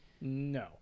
No